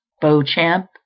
Beauchamp